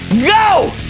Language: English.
Go